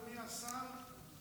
אדוני השר,